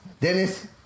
Dennis